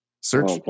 Search